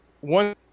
one